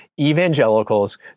Evangelicals